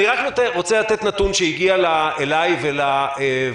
אני רק רוצה לתת נתון שהגיע אלי ולוועדה: